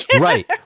Right